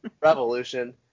Revolution